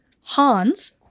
Hans